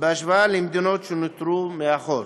בהשוואה למדינות שנותרו מאחור.